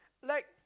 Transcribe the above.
like